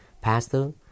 Pastor